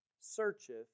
searcheth